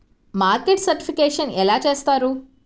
Market certification ఎలా చేస్తారు?